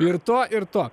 ir to ir to